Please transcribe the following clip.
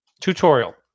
Tutorial